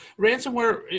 ransomware